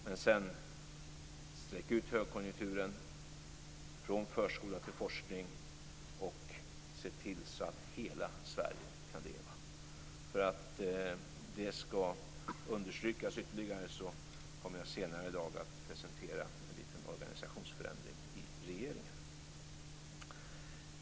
Men sedan gäller det att sträcka ut högkonjunkturen från förskola till forskning och se till att hela Sverige kan leva. För att detta ska understrykas ytterligare kommer jag senare i dag att presentera en liten organisationsförändring i regeringen.